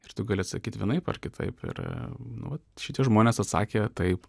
ir tu gali atsakyti vienaip ar kitaip ir nu vat šitie žmonės atsakė taip